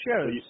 shows